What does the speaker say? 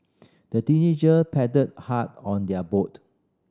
the teenager paddled hard on their boat